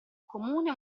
comune